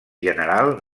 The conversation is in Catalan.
general